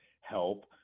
help